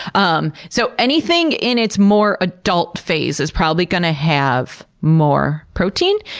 um so anything in its more adult phase is probably going to have more protein,